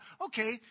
okay